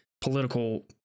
political